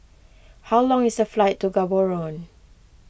how long is the flight to Gaborone